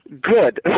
Good